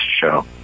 show